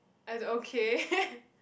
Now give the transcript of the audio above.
either okay